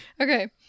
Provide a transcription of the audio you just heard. Okay